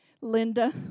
Linda